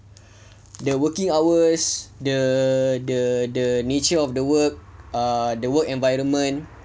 the working hours the nature of the work uh the work environment